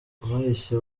bahise